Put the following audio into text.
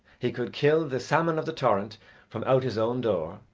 he could kill the salmon of the torrent from out his own door,